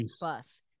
bus